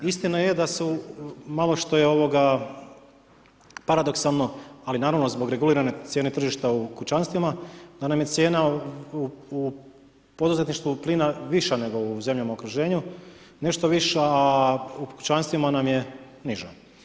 Istina je da su malo što je paradoksalno, ali naravno zbog regulirane cijene tržišta u kućanstvima da nam je cijena u poduzetništvu plina viša nego u zemljama u okruženju, nešto viša, a u kućanstvima nam je niža.